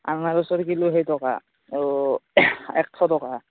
আনাৰসৰ কিলো সেই টকা এইটো একশ টকা